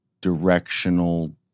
directional